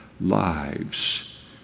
lives